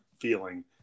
feeling